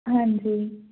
ਹਾਂਜੀ